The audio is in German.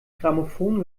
grammophon